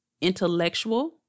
intellectual